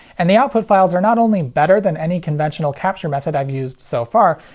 and the output files are not only better than any conventional capture method i've used so far,